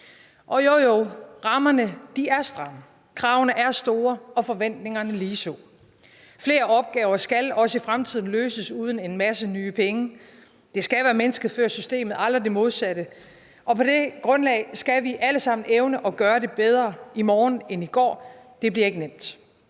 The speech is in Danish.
Jo, jo, rammerne er stramme, kravene er store, og forventningerne lige så. Flere opgaver skal også i fremtiden løses uden en masse nye penge. Det skal være mennesket før systemet, aldrig det modsatte, og på det grundlag skal vi alle sammen evne at gøre det bedre i morgen end i går. Det bliver ikke nemt.